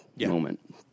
moment